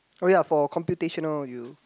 oh ya for computational you